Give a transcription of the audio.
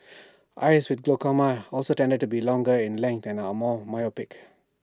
eyes with glaucoma also tended to be longer in length and are more myopic